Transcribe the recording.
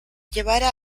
llevara